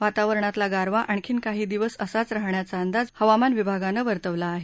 वातावरणातला गारवा आणखी काही दिवस असाच राहण्याचा अंदाज हवामान विभागानं वर्तवला आहे